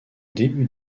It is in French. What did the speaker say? début